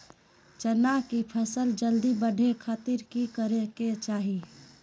चना की फसल जल्दी बड़े खातिर की करे के चाही?